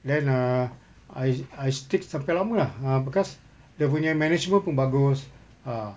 then err I I stick sampai lama lah err because dia punya management pun bagus ah